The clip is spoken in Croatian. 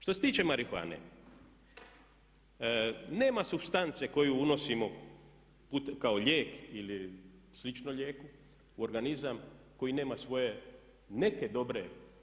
Što se tiče marihuane, nema supstance koju unosimo kao lijek ili slično lijeku u organizam koji nema svoje neke dobre.